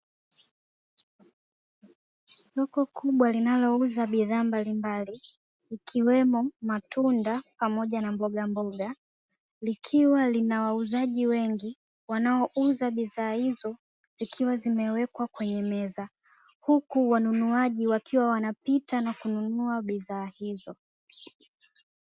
Soko kubwa linalouza bidhaa mbalimbali, ikiwemo matunda pamoja na mbogamboga. Likiwa na Lina wauzaji wengi wanaouza bidhaa hizo zikiwa zimewekwa kwenye meza. Huku wanunuaji wakiwa wanapita na kununua bidhaa hizo.